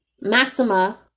Maxima